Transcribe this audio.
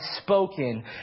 spoken